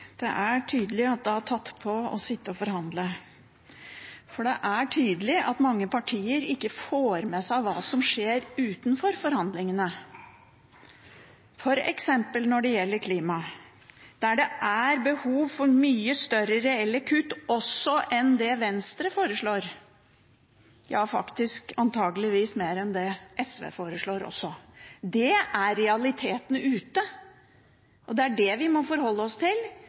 Det er tydelig at det har tatt på å sitte og forhandle. Det er tydelig at mange partier ikke får med seg hva som skjer utenfor forhandlingene, f.eks. når det gjelder klima, der det er behov for mye større reelle kutt enn det Venstre foreslår – ja, faktisk antakeligvis mer enn det SV foreslår også. Det er realiteten ute. Det er det vi må forholde oss til,